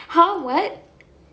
!huh! what